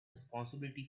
responsibility